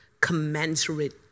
commensurate